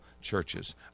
churches